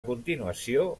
continuació